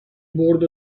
برد